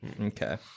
Okay